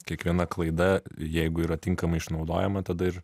kiekviena klaida jeigu yra tinkamai išnaudojama tada ir